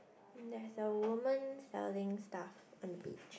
there's a woman selling stuff on the beach